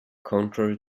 contrary